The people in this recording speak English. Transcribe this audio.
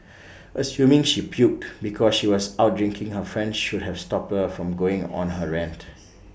assuming she puked because she was out drinking her friend should have stopped her from going on her rant